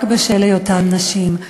רק בשל היותן נשים.